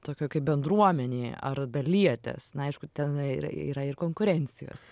tokioj kaip bendruomenėj ar dalijatės na aišku tenai yra yra ir konkurencijos